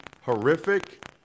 horrific